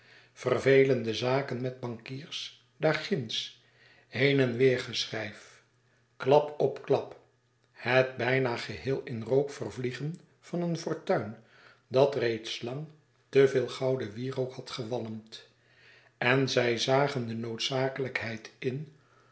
vervelende zaken met bankiers daar ginds heen en weêr geschrijf klap op klap het bijna geheel in rook vervliegen van een fortuin dat reeds lang te veel gouden wierook had gewalmd en zij zagen de noodzakelijkheid in